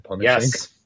Yes